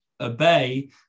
obey